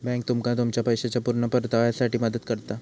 bank तुमका तुमच्या पैशाच्या पुर्ण परताव्यासाठी मदत करता